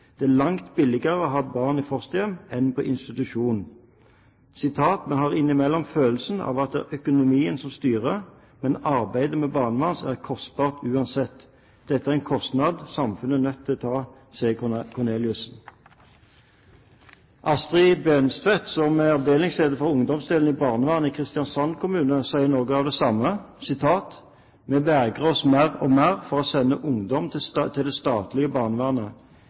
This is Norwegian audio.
Det er langt billigere å ha et barn i fosterhjem enn på institusjon. – Vi har innimellom følelsen av at det er økonomien som styrer. Men arbeidet med barnevernsbarn er kostbart uansett. Dette er en kostnad samfunnet er nødt til å ta, sier Corneliussen.» Astrid Benestvedt som er avdelingsleder for ungdomsdelen i barnevernet i Kristiansand kommune, sier noe av det samme: «Vi vegrer oss mer og mer for å sende ungdom til det statlige barnevernet.